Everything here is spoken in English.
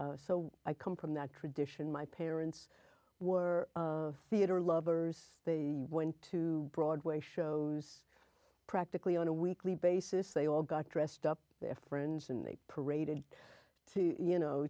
and so i come from that tradition my parents were theater lovers they went to broadway shows practically on a weekly basis they all got dressed up their friends and they paraded you know